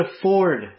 afford